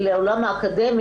מאחר ולא,